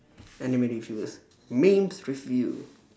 anime reviewers memes review